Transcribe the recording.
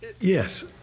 Yes